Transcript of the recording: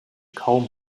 kaum